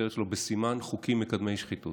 שהכותרת שלו "בסימן חוקים מקדמי שחיתות".